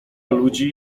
ludzi